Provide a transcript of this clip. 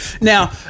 Now